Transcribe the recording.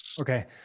Okay